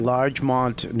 Largemont